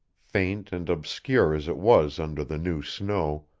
faint and obscure as it was under the new snow,